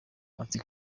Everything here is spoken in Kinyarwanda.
ati